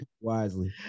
Wisely